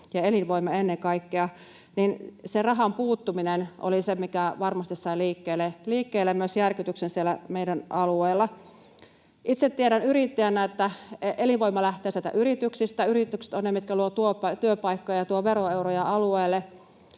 turvallisuuskysymyksiä, ja se rahan puuttuminen oli se, mikä varmasti sai liikkeelle myös järkytyksen siellä meidän alueella. Itse tiedän yrittäjänä, että elinvoima lähtee yrityksistä. Yritykset ovat niitä, mitkä luovat työpaikkoja ja tuovat veroeuroja alueelle,